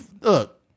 look